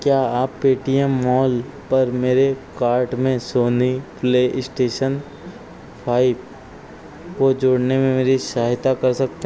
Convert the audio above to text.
क्या आप Paytm mall पर मेरे कार्ट में सोनी प्ले स्टेशन फाईफ को जोड़ने में मेरी सहायता कर सकते हैं